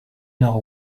nord